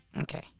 Okay